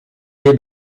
ile